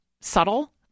subtle